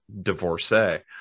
divorcee